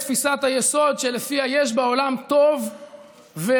תפיסת היסוד שלפיה יש בעולם טוב ורע,